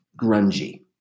grungy